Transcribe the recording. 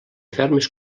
fermes